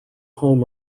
home